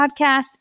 podcast